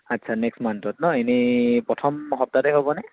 আচ্ছা নেক্সট মান্থত ন এনেই প্ৰথম সপ্তাহতে হ'বনে